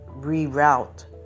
reroute